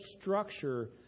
structure